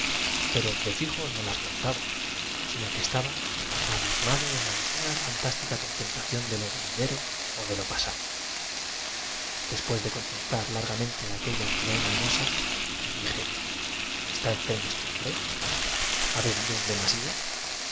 pero de fijo no las contaba sino los comensales recostados en sus respectivos asientos y el puño leve que estaba abis mado en alguna fantástica contemplación de lo venidero o mente apoyado en el borde de la mesa jugaban indolentemente con las de lo pa sado después de contemplar doradas hojas de sus cuchillos cuando una comida uega a tal punto largamente aqueua cara engañosa me dije está enfermo ese hombre ha bebido en demasía